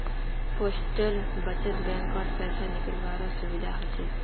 postal बचत बैंकत पैसा निकालावारो सुविधा हछ